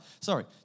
sorry